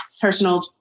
personal